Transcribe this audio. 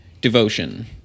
devotion